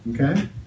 okay